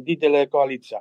didelė koalicija